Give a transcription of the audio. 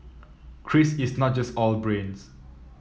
Chris is not just all brains